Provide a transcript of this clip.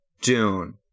dune